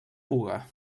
puga